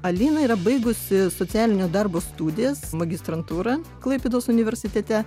alina yra baigusi socialinio darbo studijas magistrantūrą klaipėdos universitete